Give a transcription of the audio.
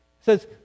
says